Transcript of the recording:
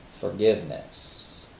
forgiveness